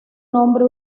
nombre